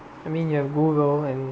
I mean you have Google and